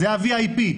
זה ה-VIP.